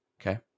Okay